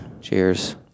Cheers